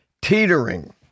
teetering